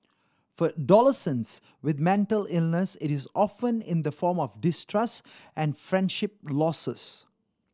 for adolescents with mental illness it is often in the form of distrust and friendship losses